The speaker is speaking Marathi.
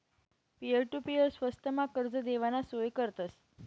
पिअर टु पीअर स्वस्तमा कर्ज देवाना सोय करतस